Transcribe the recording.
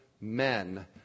men